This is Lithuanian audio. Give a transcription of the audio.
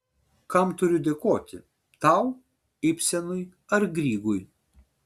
kam turiu dėkoti tau ibsenui ar grygui